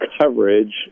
coverage